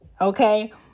Okay